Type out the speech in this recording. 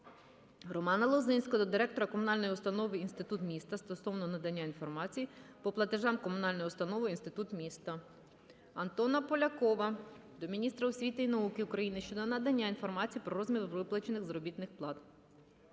Романа Лозинського до директора Комунальної установи "Інститут міста" стосовно надання інформації по платежам комунальною установою "Інститут міста". Антона Полякова до міністра освіти і науки України щодо надання інформації про розмір виплачених заробітних плат.